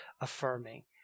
affirming